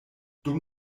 dum